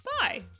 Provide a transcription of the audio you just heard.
Bye